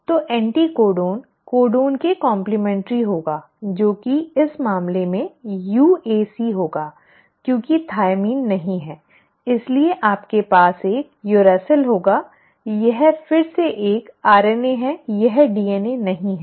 तो anticodon codon के complementary होगा जो कि इस मामले में UAC होगा क्योंकि थाइमिन नहीं है इसलिए आपके पास एक यूरैसिल होगा यह फिर से एक आरएनए है यह डीएनए नहीं है